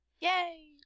Yay